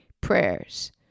prayers